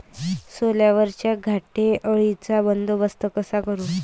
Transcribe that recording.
सोल्यावरच्या घाटे अळीचा बंदोबस्त कसा करू?